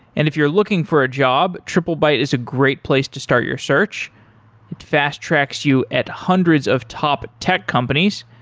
and if you're looking for a job, triplebyte is a great place to start your search. it fast tracks you at hundreds of top tech companies.